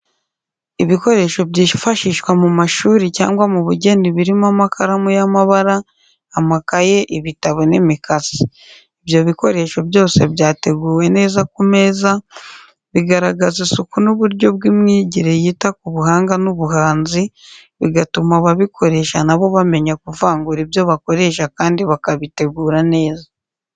Ibikoresho byifashishwa mu mashuri cyangwa mu bugeni birimo amakaramu y’amabara, amakaye, ibitabo n’imikasi. Ibyo bikoresho byose byateguwe neza ku meza, bigaragaza isuku n’uburyo bw’imyigire yita ku buhanga n’ubuhanzi, bigatuma ababikoresha nabo bamenya kuvangura ibyo bakoresha kandi bakabitegura neza.